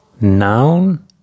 Noun